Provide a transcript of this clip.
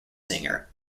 singer